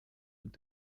und